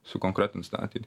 sukonkretins tą ateit